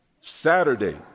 Saturday